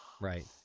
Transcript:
Right